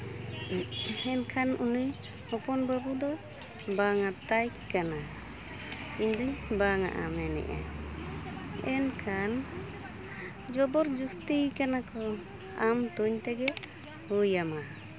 ᱢᱮᱱᱠᱷᱟᱱ ᱩᱱᱤ ᱦᱚᱯᱚᱱ ᱵᱟᱹᱵᱩ ᱫᱚ ᱵᱟᱝ ᱟᱛᱟᱭ ᱠᱟᱱᱟ ᱤᱧ ᱫᱩᱧ ᱵᱟᱝᱟᱜᱼᱟ ᱢᱮᱱᱮᱜᱼᱟᱭ ᱮᱱᱠᱷᱟᱱ ᱡᱚᱵᱚᱨᱼᱡᱚᱥᱛᱤᱭᱮᱠᱟᱱᱟ ᱠᱚ ᱟᱢ ᱛᱩᱧ ᱛᱮᱜᱮ ᱦᱩᱭᱟᱢᱟ